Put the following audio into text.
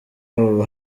babo